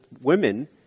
women